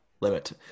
limit